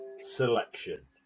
selection